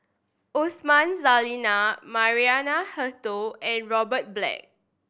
Osman Zailani Maria Hertogh and Robert Black